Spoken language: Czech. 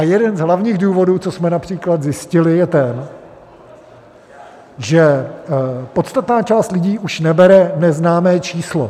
Jeden z hlavních důvodů, co jsme například zjistili, je ten, že podstatná část lidí už nebere neznámé číslo.